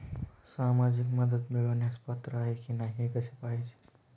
सामाजिक मदत मिळवण्यास पात्र आहे की नाही हे कसे पाहायचे?